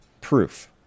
proof